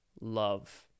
love